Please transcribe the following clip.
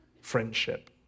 friendship